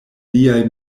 liaj